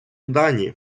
дані